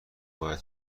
باید